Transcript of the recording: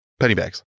Pennybags